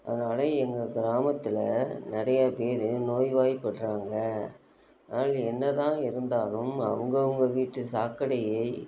அதனால் எங்க கிராமத்தில் நிறையாப் பேர் நோய்வாய்படுறாங்க அதனால் என்ன தான் இருந்தாலும் அவங்கவுங்க வீட்டு சாக்கடையை